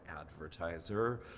advertiser